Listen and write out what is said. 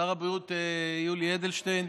יולי אדלשטיין,